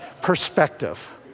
perspective